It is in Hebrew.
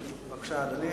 בבקשה, אדוני.